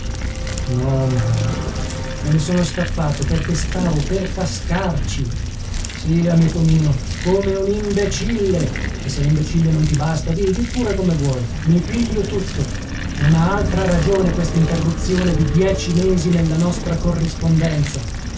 no momo me ne sono scappato perché stavo per cascarci sì amico mio come un imbecille e se imbecille non ti basta di di pure come vuoi i piglio tutto non ha altra ragione quest'interruzione di dieci mesi nella nostra corrispondenza